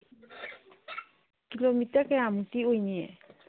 kilometre ꯀꯌꯥꯃꯨꯛꯇꯤ ꯑꯣꯏꯅꯤ